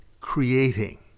creating